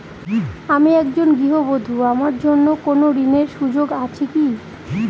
আমি একজন গৃহবধূ আমার জন্য কোন ঋণের সুযোগ আছে কি?